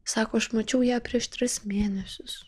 sako aš mačiau ją prieš tris mėnesius